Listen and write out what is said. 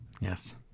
Yes